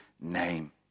name